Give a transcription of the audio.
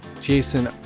Jason